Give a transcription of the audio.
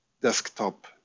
desktop